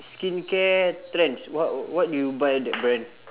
skincare trends what what do you buy the brand